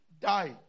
Die